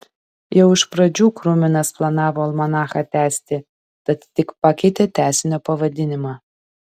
jau iš pradžių kruminas planavo almanachą tęsti tad tik pakeitė tęsinio pavadinimą